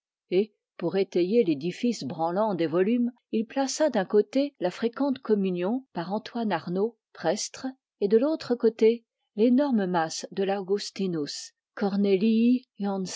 et pour étayer l'édifice branlant des volumes il plaça d'un côté la fréquente communion par antoine arnauld prestre et de l'autre côté l'énorme masse de l'augustinus